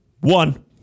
one